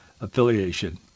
affiliation